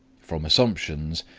from assumptions,